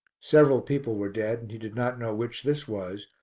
several people were dead and he did not know which this was,